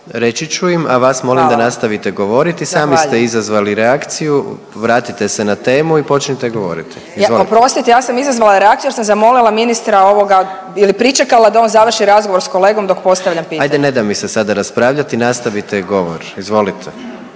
Zahvaljujem. …/Upadica predsjednik: …sami ste izazvali reakcije, vratite se na temu i počnite govoriti/…. Oprostite, ja sam izazvala reakciju jer sam zamolila ministra ovoga ili pričekala da on završi razgovor s kolegom dok postavljam pitanje. …/Upadica predsjednik: Ajde ne da mi se sada raspravljati, nastavite govor, izvolite/….